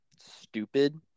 stupid